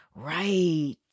Right